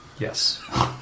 Yes